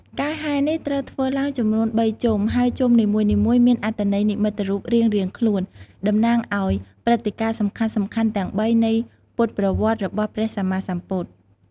ការហែរនេះត្រូវធ្វើឡើងចំនួន ៣ ជុំ ហើយជុំនីមួយៗមានអត្ថន័យនិមិត្តរូបរៀងៗខ្លួន តំណាងឱ្យព្រឹត្តិការណ៍សំខាន់ៗទាំងបីនៃពុទ្ធប្រវត្តិរបស់ព្រះសម្មាសម្ពុទ្ធ។